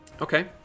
Okay